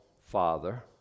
Father